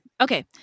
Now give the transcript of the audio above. Okay